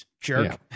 jerk